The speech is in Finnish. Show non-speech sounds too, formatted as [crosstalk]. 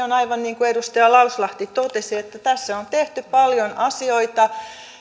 [unintelligible] on aivan niin kuin edustaja lauslahti totesi että tässä on tehty paljon asioita